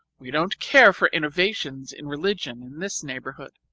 we don't care for innovations in religion in this neighbourhood.